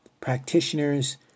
practitioners